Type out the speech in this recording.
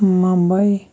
Mumbai